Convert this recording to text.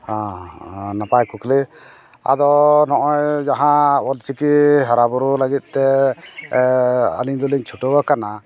ᱦᱮᱸ ᱱᱟᱯᱟᱭ ᱠᱩᱠᱞᱤ ᱟᱫᱚ ᱱᱚᱜᱼᱚᱭ ᱡᱟᱦᱟᱸ ᱚᱞ ᱪᱤᱠᱤ ᱦᱟᱨᱟᱼᱵᱩᱨᱩ ᱞᱟᱹᱜᱤᱫᱛᱮ ᱟᱹᱞᱤᱧ ᱫᱚᱞᱤᱧ ᱪᱷᱩᱴᱟᱹᱣ ᱟᱠᱟᱱᱟ